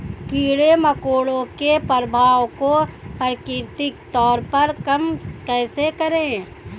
कीड़े मकोड़ों के प्रभाव को प्राकृतिक तौर पर कम कैसे करें?